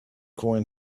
going